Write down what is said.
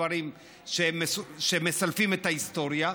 דברים שמסלפים את ההיסטוריה,